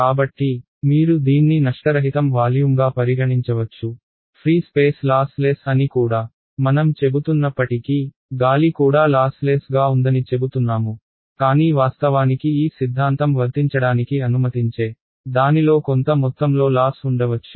కాబట్టి మీరు దీన్ని నష్టరహితం వాల్యూమ్గా పరిగణించవచ్చు ఫ్రీ స్పేస్ లాస్లెస్ అని కూడా మనం చెబుతున్నప్పటికీ గాలి కూడా లాస్లెస్ గా ఉందని చెబుతున్నాము కానీ వాస్తవానికి ఈ సిద్ధాంతం వర్తించడానికి అనుమతించే దానిలో కొంత మొత్తంలో లాస్ ఉండవచ్చు